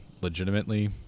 legitimately